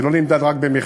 זה לא נמדד רק במחיר